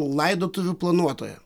laidotuvių planuotoja